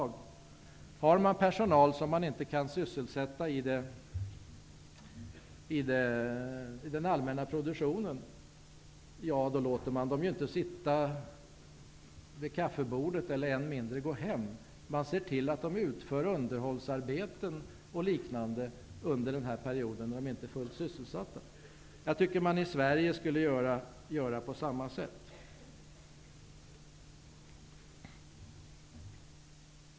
Om man har personal som man inte kan sysselsätta i den allmänna produktionen låter man inte de anställda sitta vid kaffebordet eller ännu mindre gå hem. Man ser till att de utför underhållsarbeten och liknande under den period de inte är fullt sysselsatta. Jag tycker att man skulle göra på samma sätt i Sverige.